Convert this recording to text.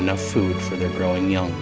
enough food growing young